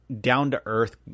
down-to-earth